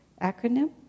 acronym